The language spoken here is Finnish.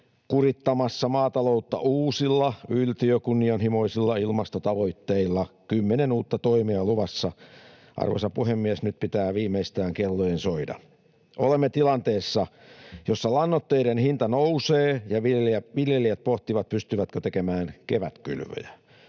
kurittamassa maataloutta uusilla yltiökunnianhimoisilla ilmastotavoitteilla — kymmenen uutta toimea luvassa. Arvoisa puhemies! Nyt pitää viimeistään kellojen soida. Olemme tilanteessa, jossa lannoitteiden hinta nousee ja viljelijät pohtivat, pystyvätkö tekemään kevätkylvöjä